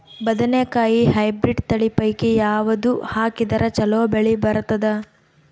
ಬದನೆಕಾಯಿ ಹೈಬ್ರಿಡ್ ತಳಿ ಪೈಕಿ ಯಾವದು ಹಾಕಿದರ ಚಲೋ ಬೆಳಿ ಬರತದ?